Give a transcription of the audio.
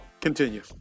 Continue